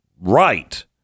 Right